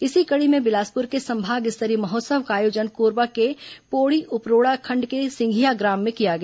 इसी कड़ी में बिलासपुर के संभाग स्तरीय महोत्सव का आयोजन कोरबा के पोड़ी उपरोड़ा खंड के सिंधिया ग्राम में किया गया